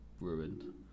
ruined